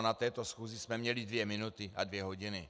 Na této schůzi jsme měli dvě minuty a dvě hodiny.